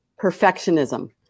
perfectionism